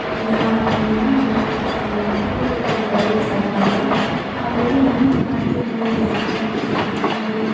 ಸ್ವಲ್ಪ ದಿನ ಆದ ಮೇಲೆ ನಾನು ಯೂಟೂಬ್ ಚಾನಲ್ ಯೂಟೂಬೆಲ್ಲ ನೋಡದಕ್ಕೆ ಸ್ಟಾಟ್ ಮಾಡಿದೆ ಅದರಲ್ಲೀ ಅಡ್ಗೆ ಮಾಡೋದು ರೆಸಿಪಿಯೆಲ್ಲ ತೋರಿಸ್ತಿದ್ರು ಆಮೇಲೆ